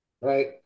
Right